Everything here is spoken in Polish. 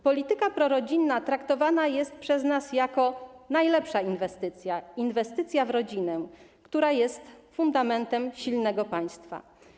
Polityka prorodzinna traktowana jest przez nas jako najlepsza inwestycja, inwestycja w rodzinę, która jest fundamentem silnego państwa.